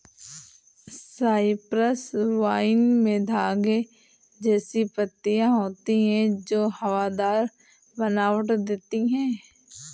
Cyprus vine में धागे जैसी पत्तियां होती हैं जो हवादार बनावट देती हैं